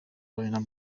w’ububanyi